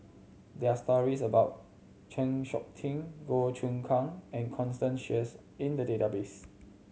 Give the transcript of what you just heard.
there are stories about Chng Seok Tin Goh Choon Kang and Constance Sheares in the database